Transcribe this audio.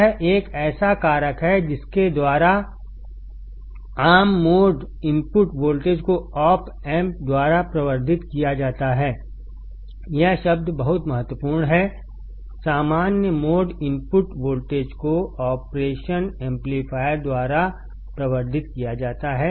यह एक ऐसा कारक है जिसके द्वारा आम मोड इनपुट वोल्टेज को ऑप एम्प द्वारा प्रवर्धित किया जाता हैयह शब्द बहुत महत्वपूर्ण है सामान्य मोड इनपुट वोल्टेज को ऑपरेशन एम्पलीफायर द्वारा प्रवर्धित किया जाता है